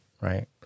right